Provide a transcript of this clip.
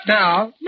now